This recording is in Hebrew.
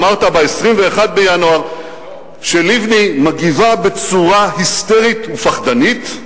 אמרת ב-21 בינואר שלבני מגיבה בצורה היסטרית ופחדנית.